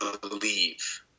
believe